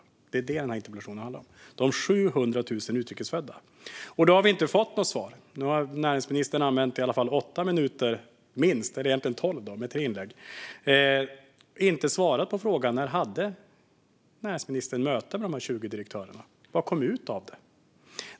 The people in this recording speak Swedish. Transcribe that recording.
Det är detta som den här interpellationen handlar om - de 700 000 utrikes födda. Vi har inte fått något svar. Näringsministern har i sina tre inlägg använt tolv minuters talartid men inte svarat på frågan: När hade näringsministern möte med de här 20 direktörerna, och vad kom ut av det?